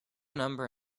number